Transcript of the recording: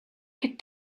could